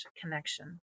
connection